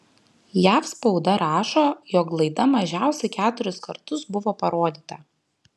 jav spauda rašo jog laida mažiausiai keturis kartus buvo parodyta